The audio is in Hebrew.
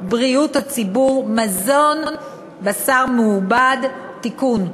בריאות הציבור (מזון) (בשר מעובד) (תיקון).